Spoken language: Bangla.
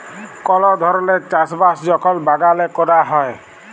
কল ধরলের চাষ বাস যখল বাগালে ক্যরা হ্যয়